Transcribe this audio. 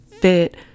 fit